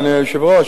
אדוני היושב-ראש,